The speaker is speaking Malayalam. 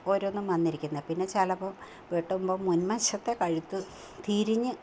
ഓരോന്നും വന്നിരിക്കുന്നത് പിന്നെ ചിലപ്പം വെട്ടുമ്പം മുന്വശത്തെ കഴുത്ത് തിരിഞ്ഞ്